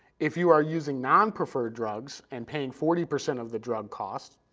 if you are using non-preferred drugs and paying forty percent of the drug cost,